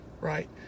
right